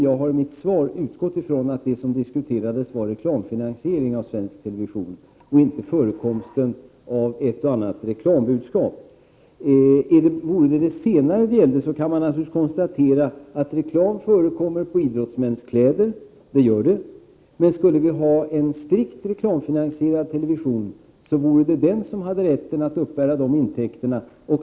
Jag har i mitt svar utgått ifrån att det som diskuteras gäller reklamfinansiering av svensk television och inte förekomsten av ett och annat reklambudskap. Om det vore fråga om det senare, kan man naturligtvis konstatera att reklam förekommer på idrottsmäns kläder. Men skulle vi ha en strikt reklamfinansierad television, vore det den som hade rätt att uppbära intäkterna.